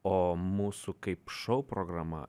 o mūsų kaip šou programa